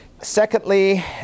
Secondly